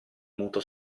muto